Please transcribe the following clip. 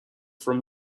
from